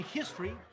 history